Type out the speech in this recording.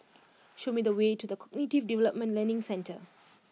show me the way to The Cognitive Development Learning Centre